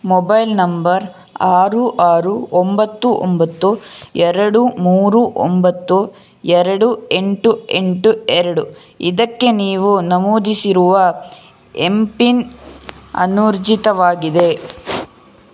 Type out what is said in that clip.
mobile number ಆರು ಆರು ಒಂಬತ್ತು ಒಂಬತ್ತು ಎರಡು ಮೂರು ಒಂಬತ್ತು ಎರಡು ಎಂಟು ಎಂಟು ಎರಡು ಇದಕ್ಕೆ ನೀವು ನಮೂದಿಸಿರುವ ಎಂ ಪಿನ್ ಅನೂರ್ಜಿತವಾಗಿದೆ